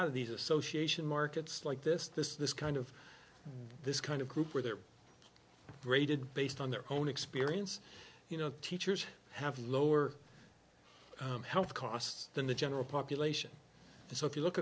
out of these association markets like this this this kind of this kind of group where they're graded based on their own experience you know teachers have lower health costs than the general population so if you look